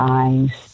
eyes